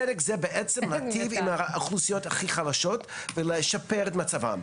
צדק בעצם מיטיב עם האוכלוסיות הכי חלשות ומשפר את מצבן.